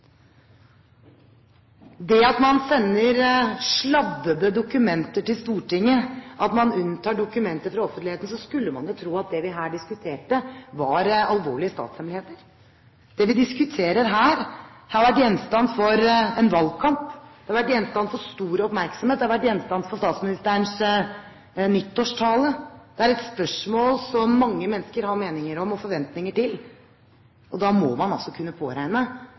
man sender sladdede dokumenter til Stortinget, når man unntar dokumenter fra offentligheten, skulle man jo tro at det vi her diskuterte, var alvorlige statshemmeligheter. Det vi diskuterer her, har vært gjenstand for en valgkamp. Det har vært gjenstand for stor oppmerksomhet, det har vært gjenstand for statsministerens nyttårstale. Det er et spørsmål som mange mennesker har meninger om og forventninger til. Da må man kunne påregne